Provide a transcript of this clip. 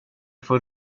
får